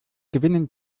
gewinnen